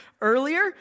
earlier